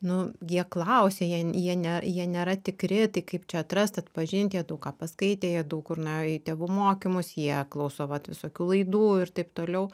nu jie klausia jie jie ne jie nėra tikri tai kaip čia atrast atpažint jie daug ką paskaitę jie daug kur nuėjo į tėvų mokymus jie klauso vat visokių laidų ir taip toliau